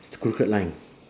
it's crooked line